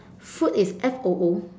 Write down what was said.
food is F O O